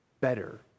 better